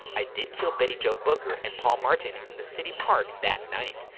i did kill betty jo booker and paul martin in the city park that night,